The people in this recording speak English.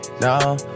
No